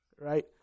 right